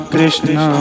Krishna